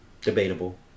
Debatable